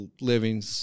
living